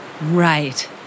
Right